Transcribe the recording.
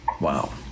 wow